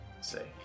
say